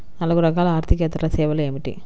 నాలుగు రకాల ఆర్థికేతర సేవలు ఏమిటీ?